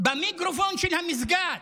במיקרופון של המסגד.